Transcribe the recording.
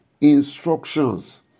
instructions